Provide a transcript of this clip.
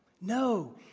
No